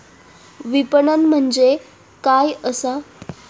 विपणन म्हणजे काय असा?